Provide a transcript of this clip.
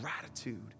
gratitude